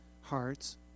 hearts